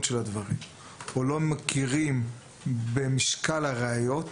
של הדברים או לא מכירים במשקל הראיות,